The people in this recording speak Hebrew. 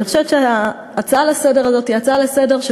אני חושבת שההצעה לסדר-היום הזאת היא הצעה לסדר-היום